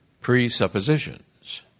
presuppositions